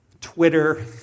Twitter